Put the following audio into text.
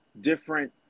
different